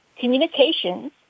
communications